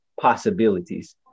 possibilities